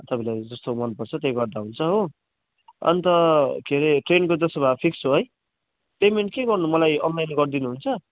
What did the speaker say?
अब तपाईँलाई जस्तो मनपर्छ त्यो गर्दा हुन्छ हो अन्त के अरे ट्रेनको त्यसो भए फिक्स हो है पेमेन्ट के गर्नु मलाई अनलाइन गरिदिनु हुन्छ